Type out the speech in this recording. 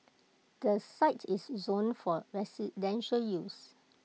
the site is zoned for residential use